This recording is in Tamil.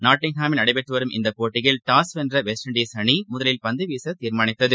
நாட்டிங்காமில் நடைபெற்றுவரும் இப்போட்டியில் டாஸ் வென்றவெஸ்ட் இண்டீஸ் அணிமுதலில் பந்துவீசதீர்மானித்தது